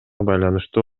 байланыштуу